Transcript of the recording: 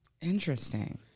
Interesting